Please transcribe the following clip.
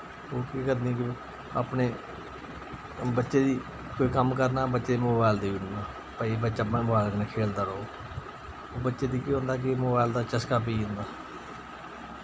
ओह् केह् करदे कि अपने बच्चे दी कोई कम्म करना बच्चे मोबाइल देई ओड़ना भाई बच्चा मोबाइल कन्नै खेलदा रोह्ग बच्चे गी केह् होंदा कि मोबाइल दा चस्का पेई जंदा